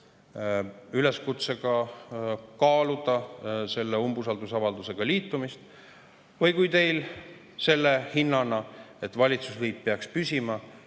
üleskutsega kaaluda selle umbusaldusavaldusega liitumist. Või kui teil selle hinnana, et valitsusliit jääks püsima,